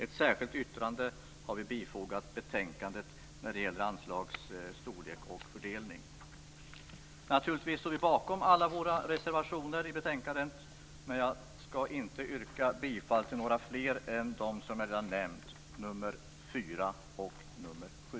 Ett särskilt yttrande har vi bifogat betänkandet när det gäller anslagets storlek och fördelning. Naturligtvis står vi bakom alla våra reservationer i betänkandet, men jag skall inte yrka bifall till några fler än dem som jag redan nämnt, nr 4 och nr 7.